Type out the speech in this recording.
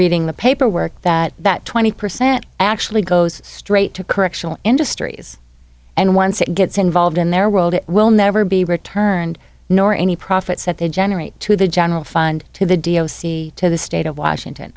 reading the paperwork that that twenty percent actually goes straight to correctional industries and once it gets involved in their world it will never be returned nor any profits that they generate to the general fund to the d o c to the state of washington